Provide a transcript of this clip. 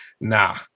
nah